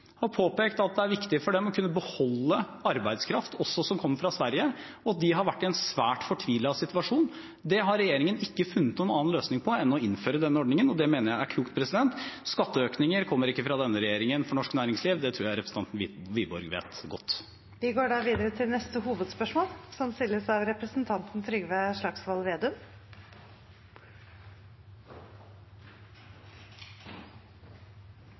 har påpekt at det er viktig for dem å kunne beholde arbeidskraft også som kommer fra Sverige. De har vært i en svært fortvilet situasjon. Det har regjeringen ikke funnet noen annen løsning på enn å innføre denne ordningen, og det mener jeg er klokt. Skatteøkninger kommer ikke fra denne regjeringen for norsk næringsliv – det tror jeg representanten Wiborg vet godt. Vi går videre til neste hovedspørsmål. I dag vil jeg ta opp et sårt tema – en